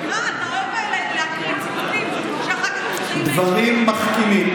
דברים כאלה, דברים מחכימים.